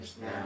now